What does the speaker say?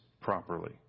properly